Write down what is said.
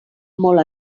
molt